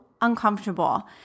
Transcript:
uncomfortable